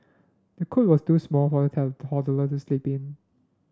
the cot was too small for the toddler to sleep in